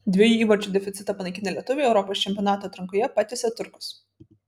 dviejų įvarčių deficitą panaikinę lietuviai europos čempionato atrankoje patiesė turkus